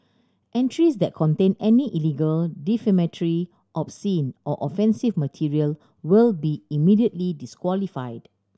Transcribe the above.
entries that contain any illegal defamatory obscene or offensive material will be immediately disqualified